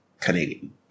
Canadian